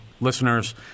listeners